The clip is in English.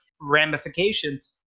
ramifications